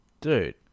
dude